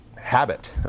habit